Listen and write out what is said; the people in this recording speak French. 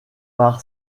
par